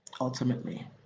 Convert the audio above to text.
ultimately